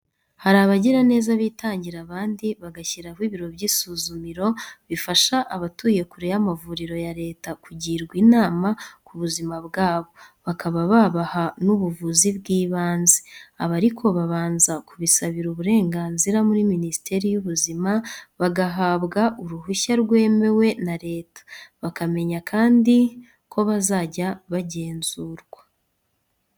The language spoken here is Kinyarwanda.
Hari abagiraneza bitangira abandi bagashyiraho ibiro by'isuzumiro bifasha abatuye kure y'amavuriro ya leta kugirwa inama ku buzima bwabo, bakaba babaha n'ubuvuzi bw'ibanze. Aba ariko babanza kubisabira uburenganzira muri Minisiteri y'Ubuzima, bagabwa uruhushya rwemewe na leta, bakamenya kandi ko bazajya bagenzurwa.